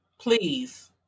please